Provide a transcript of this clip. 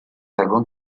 algún